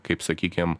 kaip sakykim